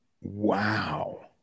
Wow